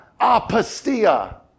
apostia